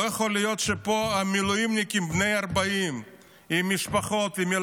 לא יכול להיות שמילואימניקים בני 40 עם משפחות ועם